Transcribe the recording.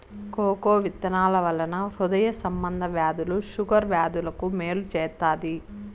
cocoa విత్తనాల వలన హృదయ సంబంధ వ్యాధులు షుగర్ వ్యాధులకు మేలు చేత్తాది